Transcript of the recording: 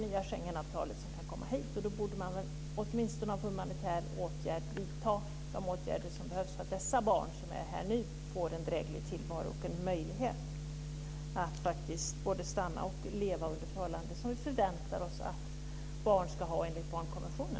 Man borde som en humanitär åtgärd åtminstone göra det som krävs för att de barn som nu är här får en dräglig tillvaro och möjlighet att stanna och leva här under de förhållanden som vi förväntar oss att barn ska ha enligt barnkonventionen.